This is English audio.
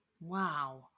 Wow